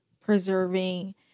preserving